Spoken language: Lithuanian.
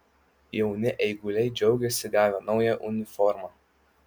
jauni eiguliai džiaugiasi gavę naują uniformą